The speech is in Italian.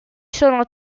sono